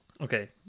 okay